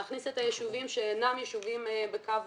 להכניס את הישובים שאינם ישובים בקו